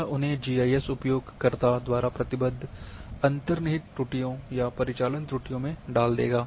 यह उन्हें जीआईएस उपयोगकर्ताओं द्वारा प्रतिबद्ध अंतर्निहित त्रुटियों या परिचालन त्रुटियों में डाल देगा